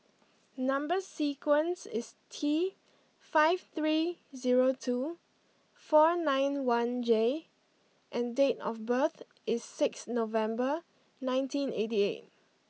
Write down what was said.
number sequence is T five three zero two four nine one J and date of birth is six November nineteen eighty eight